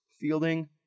fielding